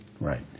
Right